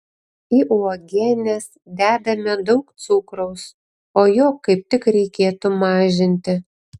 į uogienes dedame daug cukraus o jo kaip tik reikėtų mažinti